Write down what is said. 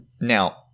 Now